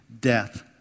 death